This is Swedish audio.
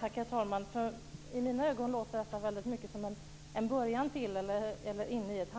Herr talman! I mina öron låter detta väldigt mycket som att vi är i början av eller inne i ett